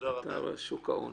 שוק ההון.